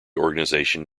organization